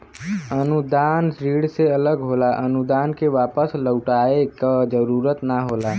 अनुदान ऋण से अलग होला अनुदान क वापस लउटाये क जरुरत ना होला